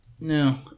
no